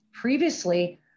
Previously